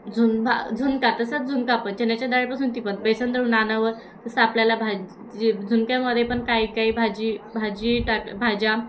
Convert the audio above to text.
झुन भा झुणका तसंच झुणका पण चण्याच्या डाळीपासून ती पण बेसन दळून आणावं तसं आपल्याला भाज जे झुणक्यामध्ये पण काही काही भाजी भाजी टाक भाज्या